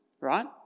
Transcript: right